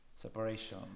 Separation